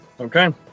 Okay